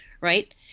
Right